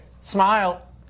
smile